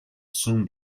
soon